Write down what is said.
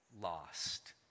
lost